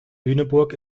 lüneburg